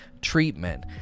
treatment